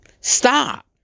stop